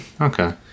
okay